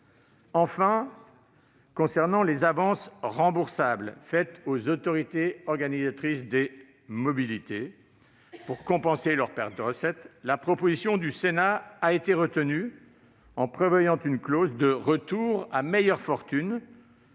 Enfin, concernant les avances remboursables faites aux autorités organisatrices de la mobilité (AOM) pour compenser leurs pertes de recettes, la proposition du Sénat a été retenue. Celle-ci prévoit une clause de « retour à meilleure fortune